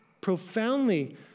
profoundly